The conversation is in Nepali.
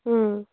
उम्